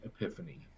epiphany